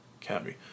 Cabby